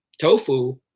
tofu